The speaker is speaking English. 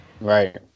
Right